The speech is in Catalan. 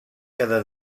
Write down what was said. cada